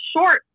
short